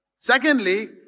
Secondly